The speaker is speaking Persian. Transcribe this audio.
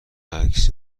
عکس